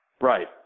Right